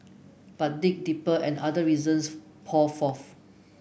but dig deeper and other reasons pour forth